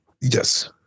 Yes